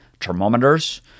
thermometers